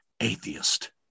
atheist